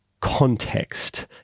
Context